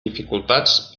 dificultats